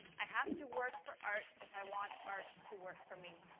i have to work for art if i want art to work for me.